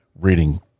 reading